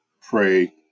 pray